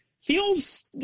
feels